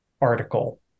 article